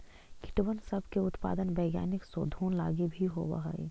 कीटबन सब के उत्पादन वैज्ञानिक शोधों लागी भी होब हई